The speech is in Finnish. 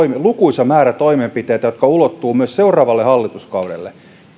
lukuisa määrä toimenpiteitä jotka ulottuvat myös seuraavalle hallituskaudelle